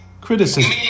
Criticism